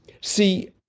See